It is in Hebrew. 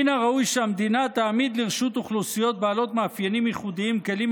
מן הראוי שהמדינה תעמיד לרשות אוכלוסיות בעלות מאפיינים ייחודיים כלים